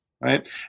Right